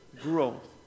growth